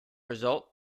result